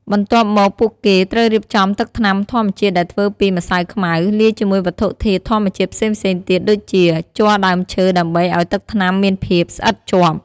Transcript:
បន្ទាប់មក ពួកគេត្រូវរៀបចំទឹកថ្នាំធម្មជាតិដែលធ្វើពី ម្សៅខ្មៅ លាយជាមួយវត្ថុធាតុធម្មជាតិផ្សេងៗទៀតដូចជា ជ័រដើមឈើដើម្បីឱ្យទឹកថ្នាំមានភាពស្អិតជាប់។